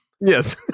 yes